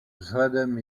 vzhledem